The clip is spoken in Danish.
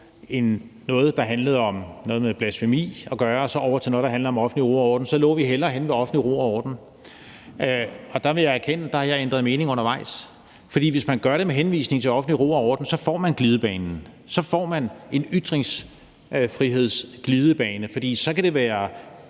noget, der handlede om blasfemi, og noget, der handlede om offentlig ro og orden, så lå vi hellere henne ved offentlig ro og orden. Der vil jeg erkende, at jeg har ændret mening undervejs, for hvis man gør det med henvisning til offentlig ro og orden, får man glidebanen. Så får man en ytringsfrihedsglidebane, for så kan det være